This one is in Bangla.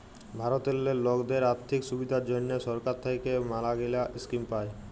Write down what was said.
ভারতেল্লে লকদের আথ্থিক সুবিধার জ্যনহে সরকার থ্যাইকে ম্যালাগিলা ইস্কিম পায়